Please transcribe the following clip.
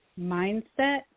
mindset